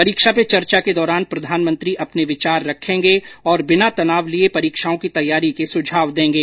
परीक्षा पे चर्चा के दौरान प्रधानमंत्री अपने विचार रखेंगे और बिना तनाव लिए परीक्षाओं की तैयारी के सुझाव देंगे